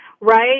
right